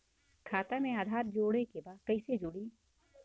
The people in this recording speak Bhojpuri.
खाता में आधार जोड़े के बा कैसे जुड़ी?